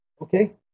Okay